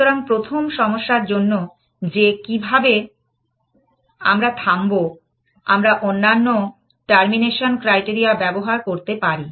সুতরাং প্রথম সমস্যার জন্য যে কিভাবে আমরা থামবো আমরা অন্যান্য টার্মিনেশন ক্রাইটারিয়া ব্যবহার করতে পারি